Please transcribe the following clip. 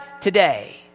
today